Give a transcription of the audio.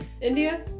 India